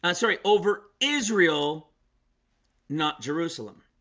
um sorry over israel not jerusalem